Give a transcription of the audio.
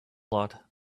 lot